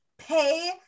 pay